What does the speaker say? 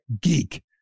geek